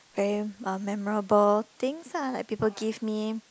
very uh memorable things ah like people give me